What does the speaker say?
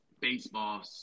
baseball